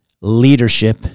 leadership